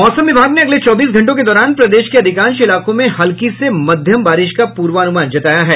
मौसम विभाग ने अगले चौबीस घंटों के दौरान प्रदेश के अधिकांश इलाकों में हल्की से मध्यम बारिश का पूर्वानुमान जताया है